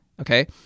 Okay